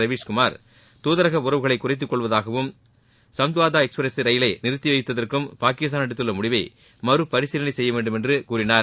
ரவீஸ்குமார் தூதரக உறவுகளை குறைத்து கொள்வதாகவும் சம்ஜாவ்தா எக்ஸ்பிரஸ் ரயிலை நிறுத்தி வைத்ததற்கும் பாகிஸ்தான் எடுத்துள்ள முடிவை மறுபரிசீலனை செய்ய வேண்டும் என்று கூறினார்